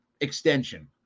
extension